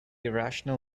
irrational